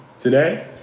Today